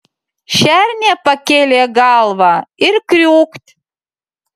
šernė pakėlė galvą ir kriūkt